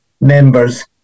members